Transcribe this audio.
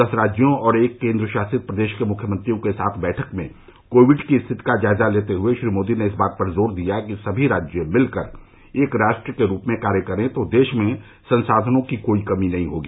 दस राज्यों और एक केंद्रशासित प्रदेश के मुख्यमंत्रियों के साथ बैठक में कोविड की स्थिति का जायजा लेते हए श्री मोदी ने इस बात पर जोर दिया कि सभी राज्य मिल कर एक राष्ट्र के रूप में कार्य करें तो देश में संसाधनों की कोई कमी नहीं होगी